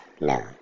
No